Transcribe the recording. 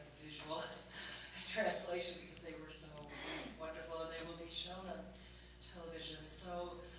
visual translation because they were so wonderful and they will be shown on television. so,